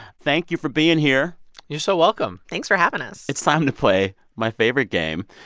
thank you for being here you're so welcome thanks for having us it's time to play my favorite game,